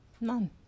None